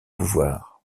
pouvoir